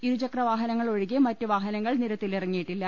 ഇരുചക്രവാഹ നങ്ങൾ ഒഴികെ മറ്റുവാഹനങ്ങൾ നിരത്തിലിറങ്ങിയിട്ടില്ല